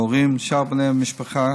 להורים ולשאר בני המשפחה